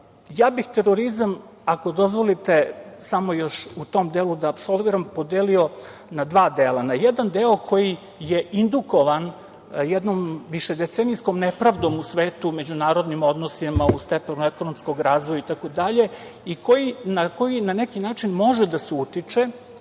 bih terorizam, ako dozvolite samo još u tom delu da apsolviram, podelio na dva dela. Na jedan deo koji je indukovan jednom višedecenijskom nepravdom u svetu, međunarodnim odnosima, u stepenu ekonomskog razvoja, itd., na koji na neki način može da se utiče